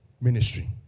ministry